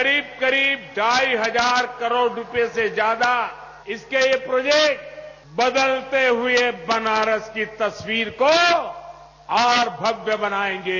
करीब करीब ढाई हजार करोड़ रूपये से ज्यादा इसके ये प्रोजेक्ट बदलते हुए बनारस की तस्वीर को और भव्य बनायेंगे